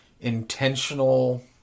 intentional